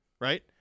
Right